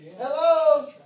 Hello